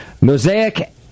Mosaic